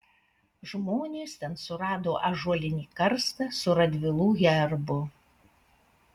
žmonės ten surado ąžuolinį karstą su radvilų herbu